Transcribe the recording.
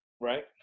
Right